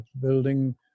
building